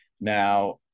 Now